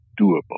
doable